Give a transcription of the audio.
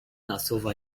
nasuwa